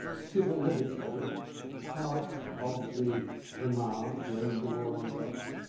civil liberty part of the demand to end the war on drugs,